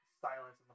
Silence